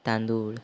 तांदूळ